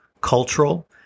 cultural